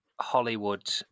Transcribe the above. Hollywood